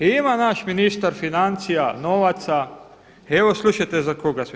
I ima naš ministar financija novaca, evo slušajte za koga sve.